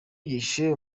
yishe